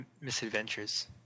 misadventures